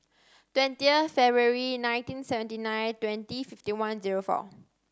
twentieh February nineteen seventy nine twenty fifty one zero four